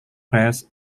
press